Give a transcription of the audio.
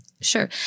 Sure